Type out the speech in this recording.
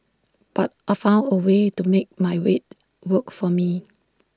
but I found A way to make my weight work for me